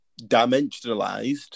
dimensionalized